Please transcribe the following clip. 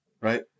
right